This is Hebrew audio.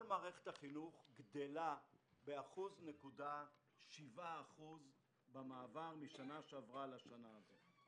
כל מערכת החינוך גדלה ב-1.7% במעבר מן השנה שעברה לשנה הזו.